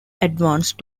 advance